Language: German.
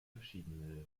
verschiedene